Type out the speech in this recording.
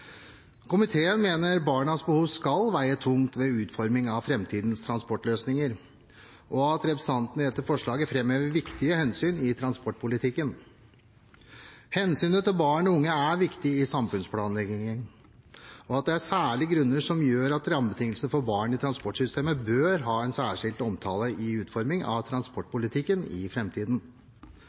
Komiteen mener barnas behov skal veie tungt ved utforming av framtidens transportløsninger, og at representantene i dette forslaget framhever viktige hensyn i transportpolitikken. Hensynet til barn og unge er viktig i samfunnsplanleggingen, og det er særlige grunner som gjør at rammebetingelser for barn i transportsystemet bør ha en særskilt omtale i utforming av transportpolitikken i